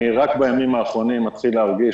רק בימים האחרונים אני מתחיל להרגיש